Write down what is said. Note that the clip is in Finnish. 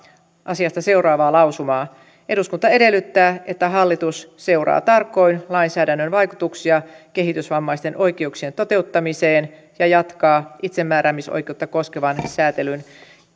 asiasta seuraavaa lausumaa eduskunta edellyttää että hallitus seuraa tarkoin lainsäädännön vaikutuksia kehitysvammaisten oikeuksien toteuttamiseen ja jatkaa itsemääräämisoikeutta koskevan säätelyn